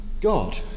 God